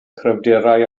cryfderau